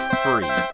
free